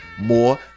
more